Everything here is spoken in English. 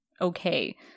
okay